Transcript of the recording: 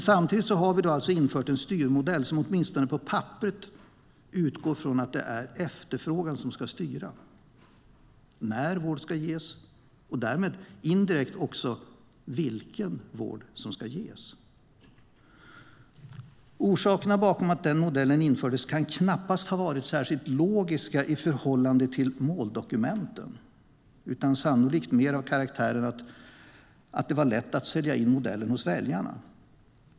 Samtidigt har vi alltså infört en styrmodell som åtminstone på pappret utgår från att det är efterfrågan som ska styra när vård ska ges och därmed indirekt även vilken vård som ska ges. Orsakerna bakom att den modellen infördes kan knappast ha varit särskilt logiska i förhållande till måldokumenten, utan de har sannolikt mer av karaktären att det var lätt att sälja in modellen hos väljarna.